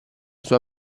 sua